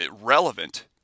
relevant